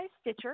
Stitcher